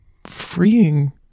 freeing